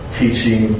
teaching